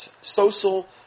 social